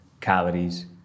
calories